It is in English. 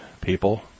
people